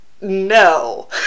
No